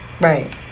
Right